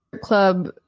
club